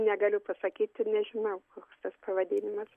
negaliu pasakyt ir nežinau koks tas pavadinimas